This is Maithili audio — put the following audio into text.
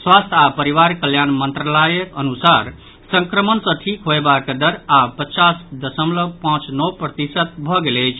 स्वास्थ्य आ परिवार कल्याण मंत्रालयक अनुसार संक्रमण सँ ठीक होयबाक दर आब पचास दशमलव पांच नओ प्रतिशत भऽ गेल अछि